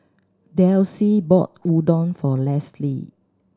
Delcie bought Udon for Lesly